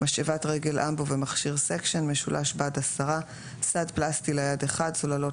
משאבת-רגל אמבו ומכשיר סקשן 1 משולש-בד 10 סד פלסטי ליד 1 סוללות